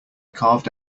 carved